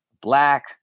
black